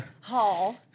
hall